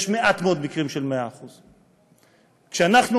יש מעט מאוד מקרים של 100%. כשאנחנו